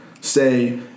say